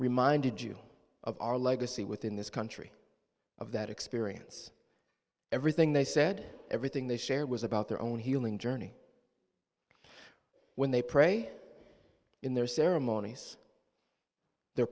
reminded you of our legacy within this country of that experience everything they said everything they shared was about their own healing journey when they pray in their ceremonies they're